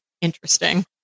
interesting